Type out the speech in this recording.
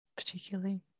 Particularly